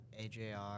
AJR